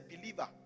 believer